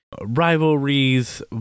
rivalries